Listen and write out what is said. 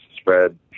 spread